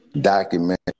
document